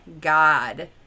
God